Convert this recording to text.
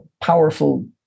powerful